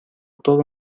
todo